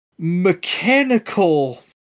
Mechanical